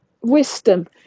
wisdom